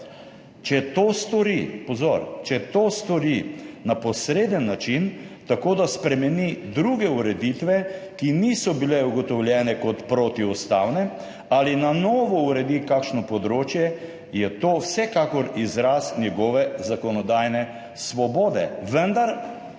Če to stori – pozor -, če to stori na posreden način, tako da spremeni druge ureditve, ki niso bile ugotovljene kot protiustavne, ali na novo uredi kakšno področje, je to vsekakor izraz njegove zakonodajne svobode, vendar